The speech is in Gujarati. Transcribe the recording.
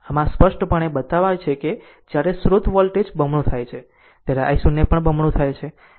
આમ આ સ્પષ્ટપણે બતાવે છે કે જ્યારે સ્રોત વોલ્ટેજ બમણી થાય છે ત્યારે i0 પણ બમણી થાય છે